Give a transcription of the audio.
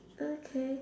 okay